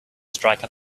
strike